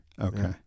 Okay